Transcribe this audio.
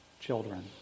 children